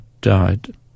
died